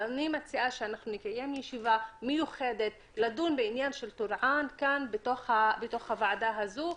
אני מציעה שנקיים ישיבה מיוחדת לדון בעניין של טורעאן בוועדה הזו.